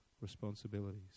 responsibilities